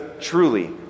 truly